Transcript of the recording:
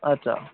अच्छा